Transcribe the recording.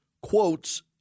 quotes